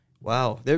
Wow